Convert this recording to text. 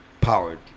powered